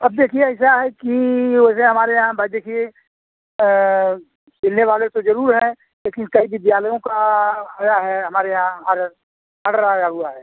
अब देखिए ऐसा है कि वैसे हमारे यहाँ भई देखिए सिलने वाले तो जरूर हैं लेकिन कई विद्यालयों का आया है हमारे यहाँ आडर आडर आया हुआ है